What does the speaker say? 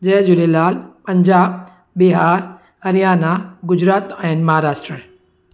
जय झूलेलाल पंजाब बिहार हरियाणा गुजरात ऐं महाराष्ट्र